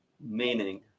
meaning